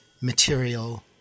material